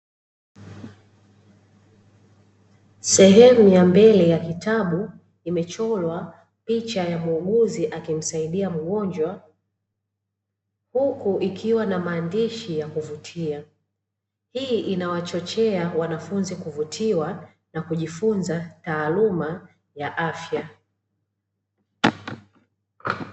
Sehemu ya mbele ya kitabu imechorwa picha ya muuguzi akimsaidia mgonjwa, huku ikiwa na maandishi ya kuvutia, hii inawachochea wanafunzi kuvutia na kujifunza taaluma ya afya.